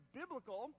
biblical